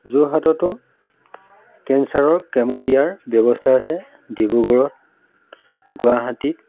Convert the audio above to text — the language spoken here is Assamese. যোৰহাটতো কেঞ্চাৰৰ কেম' দিয়াৰ ব্যৱস্থা আছে ডিব্ৰুগড়ত গুৱাহাটীত